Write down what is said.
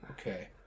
Okay